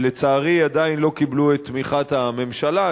שלצערי עדיין לא קיבלו את תמיכת הממשלה.